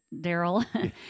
Daryl